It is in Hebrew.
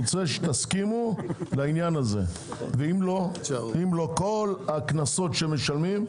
רוצה שתסכימו לזה, ואם לא, כל הקנסות שהם משלמים,